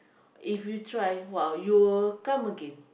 if you try !wah! you will come again